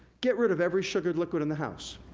get rid of every sugared liquid in the house,